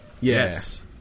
Yes